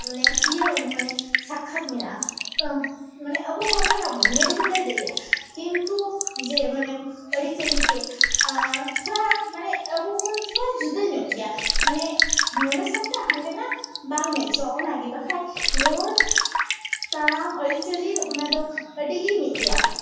ᱢᱟᱱᱮ ᱤᱭᱟᱹ ᱢᱟᱱᱮ ᱥᱟᱠᱠᱷᱟᱛ ᱢᱮᱱᱟᱜᱼᱟ ᱢᱟᱱᱮ ᱟᱵᱚ ᱦᱚᱲ ᱠᱟᱱᱟᱵᱚ ᱱᱤᱭᱟᱹᱫᱚ ᱵᱚᱱ ᱞᱟᱹᱭ ᱫᱟᱲᱮᱜᱼᱟ ᱠᱤᱱᱛᱩ ᱡᱮ ᱢᱟᱱᱮ ᱟᱹᱨᱤᱪᱟᱹᱞᱤᱛᱮ ᱛᱷᱚᱲᱟ ᱢᱟᱱᱮ ᱟᱵᱚᱵᱚᱱ ᱛᱷᱚᱲᱟ ᱡᱩᱫᱟᱹᱧᱚᱜ ᱜᱮᱭᱟ ᱢᱟᱱᱮ ᱱᱚᱰᱮ ᱥᱚᱛᱮᱡ ᱦᱟᱸᱰᱮᱱᱟᱜ ᱵᱟᱝ ᱢᱮᱪᱚᱜᱼᱟ ᱚᱱᱟᱜᱮ ᱵᱟᱠᱷᱟᱡ ᱨᱚᱲ ᱛᱟᱲᱟᱢ ᱟᱹᱨᱤᱪᱟᱹᱞᱤ ᱚᱱᱟᱫᱚ ᱟᱹᱰᱤᱜᱮ ᱢᱤᱫ ᱜᱮᱭᱟ